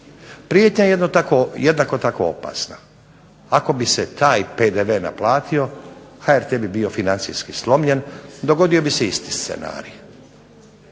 Prijetnja je jednako tako opasna, ako bi se taj PDV naplatio HRT bi bio financijski slomljen, dogodio bi se isti scenarij.